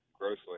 grossly